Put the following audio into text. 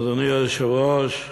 אדוני היושב-ראש,